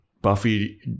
Buffy